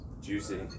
Juicy